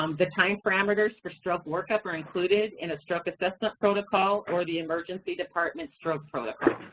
um the time parameters for stroke workup are included in a stroke assessment protocol or the emergency department stroke protocol.